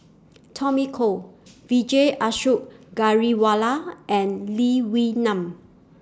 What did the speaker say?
Tommy Koh Vijesh Ashok Ghariwala and Lee Wee Nam